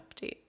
update